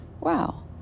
Wow